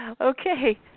Okay